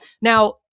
Now